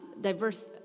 diverse